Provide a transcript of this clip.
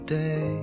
day